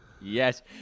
Yes